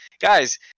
guys